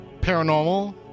paranormal